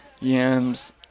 yams